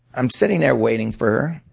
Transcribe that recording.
i'm sitting there waiting for her,